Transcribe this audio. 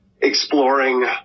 exploring